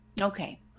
Okay